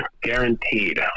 guaranteed